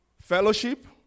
Fellowship